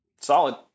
solid